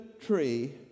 tree